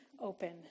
open